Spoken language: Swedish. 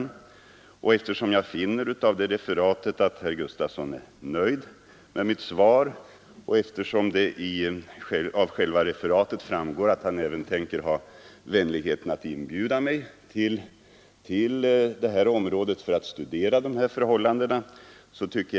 Av det referatet finner jag att herr Gustavsson är nöjd med mitt svar och att han tänker ha vänligheten att inbjuda mig till detta område för att studera förhållandena där.